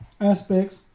aspects